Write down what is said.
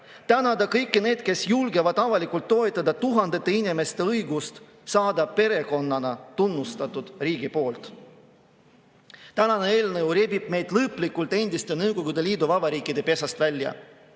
tänada kõiki neid, kes julgevad avalikult toetada tuhandete inimeste õigust saada perekonnana tunnustatud riigi poolt. Tänane eelnõu rebib meid lõplikult endiste Nõukogude Liidu vabariikide pesast välja.